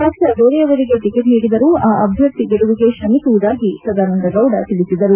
ಪಕ್ಷ ಬೇರೆಯವರಿಗೆ ಟಿಕೆಟ್ ನೀಡಿದರೂ ಅ ಅಭ್ವರ್ಥಿ ಗೆಲುವಿಗೆ ತ್ರಮಿಸುವುದಾಗಿ ಸದಾನಂದಗೌಡ ತಿಳಿಸಿದರು